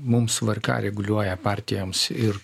mums vrk reguliuoja partijoms ir